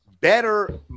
better